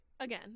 Again